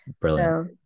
brilliant